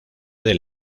del